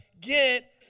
get